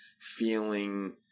feeling